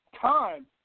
time